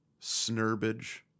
Snurbage